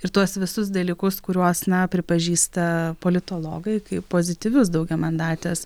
ir tuos visus dalykus kuriuos na pripažįsta politologai kaip pozityvius daugiamandatės